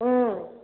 ओम